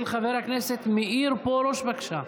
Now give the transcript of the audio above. של חבר הכנסת מאיר פרוש, בבקשה.